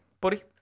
buddy